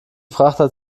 frachter